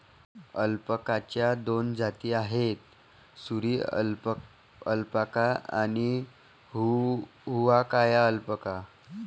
अल्पाकाच्या दोन जाती आहेत, सुरी अल्पाका आणि हुआकाया अल्पाका